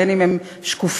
בין שהם שקופים,